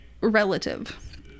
relative